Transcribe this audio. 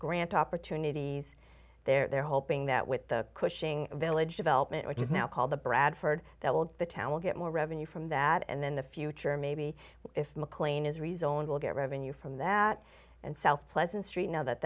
grant opportunities they're hoping that with the cushing village development which is now called the bradford that will the town will get more revenue from that and then the future maybe if mclean is rezoned will get revenue from that and south pleasant street now that